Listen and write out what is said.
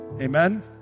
Amen